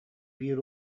биир